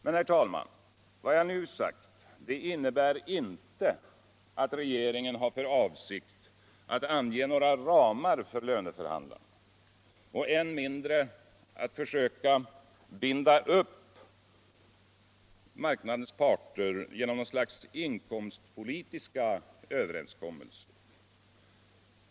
Men, herr tälman, vad jag nu har sagt innebär inte att regeringen har för avsikt att ange några ramar för löneförhandtarna och än mindre att försöka binda upp arbetsmarknadens parter genom något slags ”inkomstpolitiska” överenskommelser.